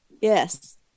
yes